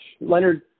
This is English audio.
Leonard